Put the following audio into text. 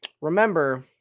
remember